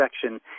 section